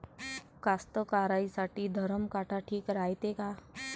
कास्तकाराइसाठी धरम काटा ठीक रायते का?